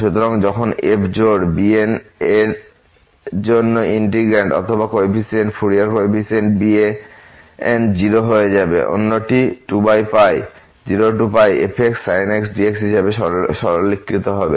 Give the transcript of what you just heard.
সুতরাংযখন f জোড় bn এর জন্য ইন্টিগ্রান্ড অথবা কোফিসিয়েন্টস ফুরিয়ার কোফিসিয়েন্টস bns 0 হয়ে যাবে অন্যটি 20fxsin nx dx হিসাবে সরলীকৃত হবে